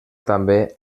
també